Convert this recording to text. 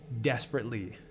desperately